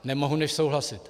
Nemohu než souhlasit.